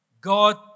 God